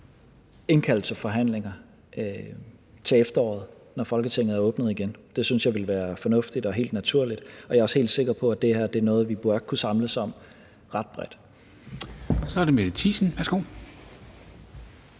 indkalde til forhandlinger til efteråret, når Folketinget åbner igen. Det synes jeg ville være fornuftigt og helt naturligt. Jeg er også helt sikker på, at det her er noget, vi bør kunne samles om ret bredt. Kl. 12:47 Formanden (Henrik